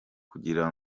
kugira